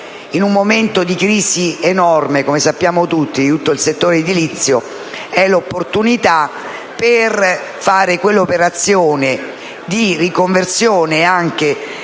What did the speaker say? in un momento di crisi enorme di tutto il settore edilizio, è un'opportunità per fare quell'operazione di riconversione anche delle